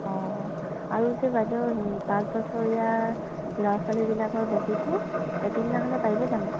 অঁ আৰু যে বাইদেউ হেৰি পাঁচবছৰীয়া ল'ৰা ছোৱালীবিলাকৰ বেজীটো একেদিনাখনে পাৰিব জানো